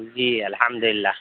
جی الحمد للہ